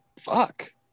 Fuck